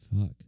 Fuck